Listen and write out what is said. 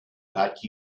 like